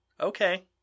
Okay